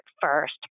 first